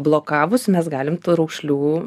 blokavus mes galim tų raukšlių